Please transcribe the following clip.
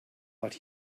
but